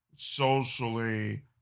Socially